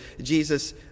Jesus